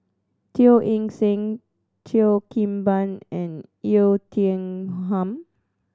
Teo Eng Seng Cheo Kim Ban and Oei Ting Ham